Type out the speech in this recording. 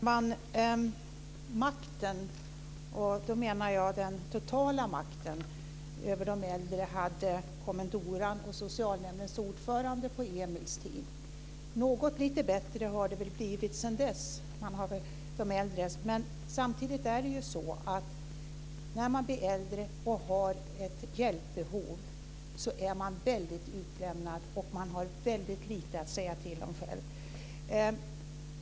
Herr talman! Makten, och då menar jag den totala makten, över de äldre hade kommandoran och socialnämndens ordförande på Emils tid. Något lite bättre har det väl blivit sedan dess. Samtidigt är det ju så att när man blir äldre och har ett hjälpbehov är man utlämnad och har väldigt lite att säga till om själv.